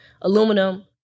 aluminum